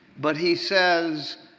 but he says,